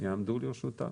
הם יעמדו לרשותם.